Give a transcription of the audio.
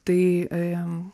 tai jam